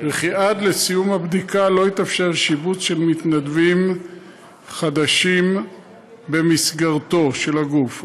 וכי עד סיום הבדיקה לא יתאפשר שיבוץ של מתנדבים חדשים במסגרתו של הגוף.